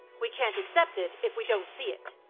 we can't accept it if we don't see it.